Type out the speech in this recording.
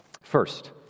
First